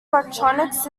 electronics